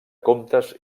comptes